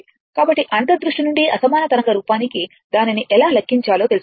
కాబట్టి అంతర్ దృష్టి నుండి అసమాన తరంగ రూపానికి దానిని ఎలా లెక్కించాలో తెలుసుకోవచ్చు